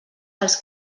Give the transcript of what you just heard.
dels